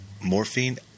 morphine